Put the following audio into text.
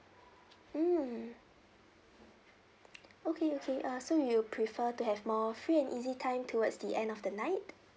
mm okay okay uh so you'll prefer to have more free and easy time towards the end of the night